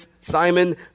Simon